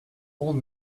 old